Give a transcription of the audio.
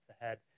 ahead